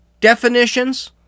definitions